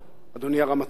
אדוני הרמטכ"ל,